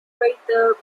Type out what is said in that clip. creator